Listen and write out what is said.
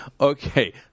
Okay